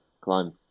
climb